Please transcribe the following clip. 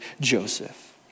Joseph